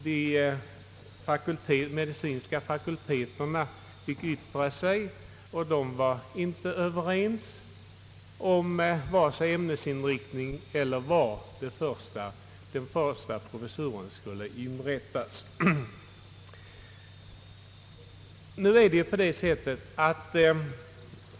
De medicinska fakulteterna fick yttra sig, men de var inte överens om vare sig ämnesinriktning eller var den första professuren skulle inrättas.